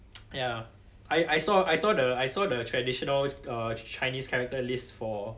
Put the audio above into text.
ya I I saw I saw the I saw the traditional uh chinese character list for